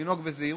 לנהוג בזהירות,